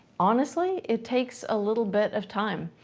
honestly, it takes a little bit of time.